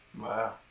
Wow